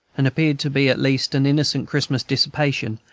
and appeared to be at least an innocent christmas dissipation,